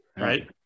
right